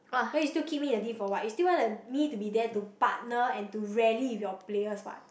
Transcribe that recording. then you still keep me in your team for what you still want to me to be there to partner and to rally with your players what